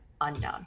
unknown